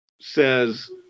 says